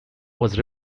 was